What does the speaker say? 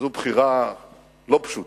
זו בחירה לא פשוטה,